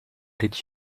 did